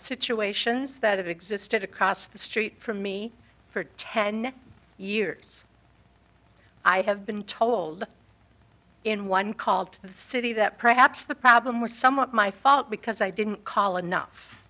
situations that existed across the street from me for ten years i have been told in one call to the city that perhaps the problem was somewhat my fault because i didn't call enough